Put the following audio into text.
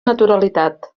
naturalitat